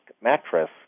mattress